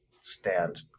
stand